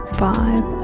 five